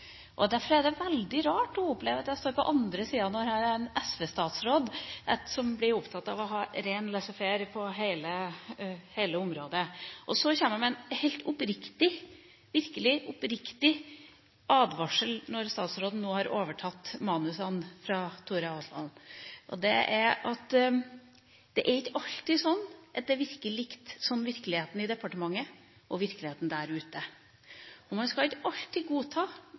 Derfor er det veldig rart å oppleve at jeg står på andre siden når det er en SV-statsråd som blir opptatt av å ha ren laissez faire på hele området. Så kommer jeg med en helt oppriktig, virkelig oppriktig, advarsel når statsråden nå har overtatt manusene fra Tora Aasland. Det er at det er ikke alltid slik at virkeligheten i departementet og virkeligheten der ute virker lik, og man skal ikke alltid godta